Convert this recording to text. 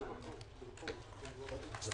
זה